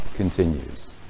Continues